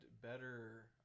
better